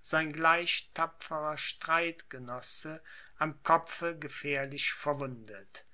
sein gleich tapferer streitgenosse am kopfe gefährlich verwundet